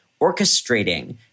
orchestrating